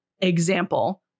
example